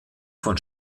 von